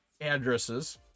addresses